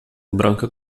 branca